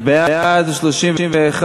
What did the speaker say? חובה (תיקון מס' 32),